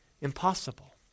Impossible